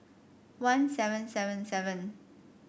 one seven seven seven